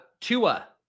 Tua